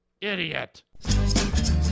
Idiot